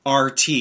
RT